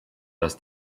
dass